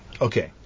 Okay